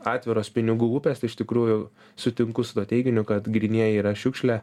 atviros pinigų upės tai iš tikrųjų sutinku su tuo teiginiu kad grynieji yra šiukšlė